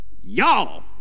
y'all